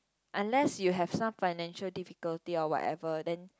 unless you have some financial difficulty or whatever then